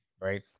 Right